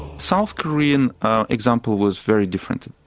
south korean example was very different.